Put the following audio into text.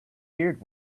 beard